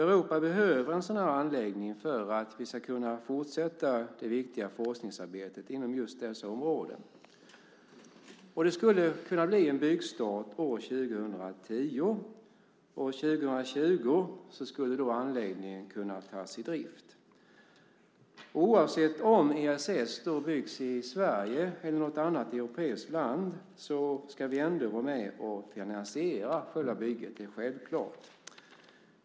Europa behöver en sådan anläggning för att vi ska kunna fortsätta det viktiga forskningsarbetet inom just dessa områden. Det skulle kunna bli en byggstart år 2010. År 2020 skulle anläggningen kunna tas i drift. Oavsett om ESS byggs i Sverige eller i något annat europeiskt land ska vi ändå vara med och finansiera själva bygget. Det är självklart.